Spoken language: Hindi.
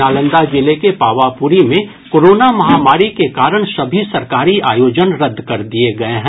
नालंदा जिले के पावापुरी में कोरोना महामारी के कारण सभी सरकारी आयोजन रद्द कर दिये गये हैं